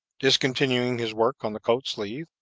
discontinuing his work on the coat sleeve,